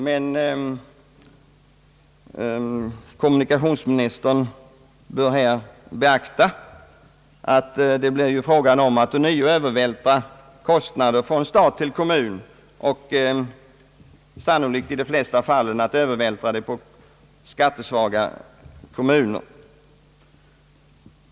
Men kommunikationsministern bör här beakta att det ju då blir fråga om att ånyo övervältra kostnader från stat till kommun och sannolikt i de flesta fall att övervältra dem på skattesvaga kommuner.